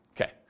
Okay